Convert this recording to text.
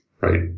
right